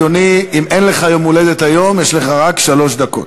אם אין לך יום הולדת היום, יש לך רק שלוש דקות.